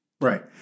Right